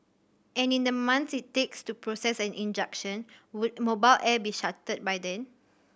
and in the months it takes to process an injunction would Mobile Air be shuttered by then